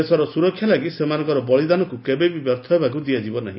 ଦେଶର ସୁରକ୍ଷା ଲାଗି ସେମାନଙ୍କର ବଳିଦାନକୁ କେବେ ବି ବ୍ୟର୍ଥ ହେବାକୁ ଦିଆଯିବ ନାହି